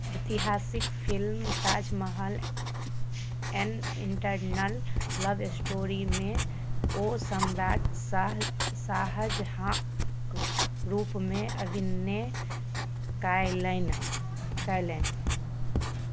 ऐतिहासिक film Taj Mahal an eternal love स्टोरीमे ओ सम्राट शाह शाहजहाँक रूपमे अभिनय कयलनि